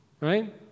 right